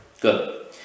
good